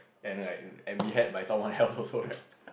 and like and be had by someone else also right